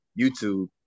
YouTube